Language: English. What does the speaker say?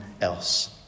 else